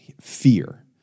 fear